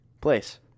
place